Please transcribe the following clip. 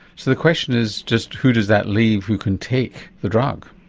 so the question is just who does that leave who can take the drug?